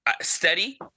steady